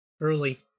early